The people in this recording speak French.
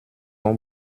ont